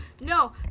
No